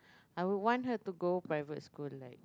I would want her to go private school like